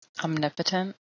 Omnipotent